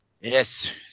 Yes